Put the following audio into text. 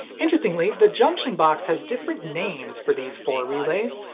interestingly, the junction box has different names for these four relays,